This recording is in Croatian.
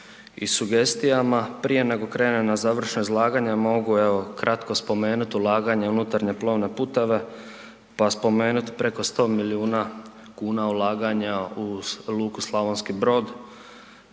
i sugestijama. Prije nego krenem na završno izlaganje, mogu evo kratko spomenut ulaganje u unutarnje plovne puteve. Pa spomenut preko 100 milijuna kuna ulaganja u luku Slavonski Brod,